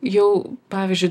jau pavyzdžiui